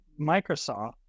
Microsoft